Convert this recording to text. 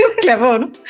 Clever